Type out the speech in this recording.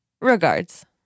regards